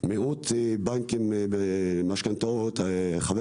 למיניהם הבנקים יודעים טוב מאוד לפתור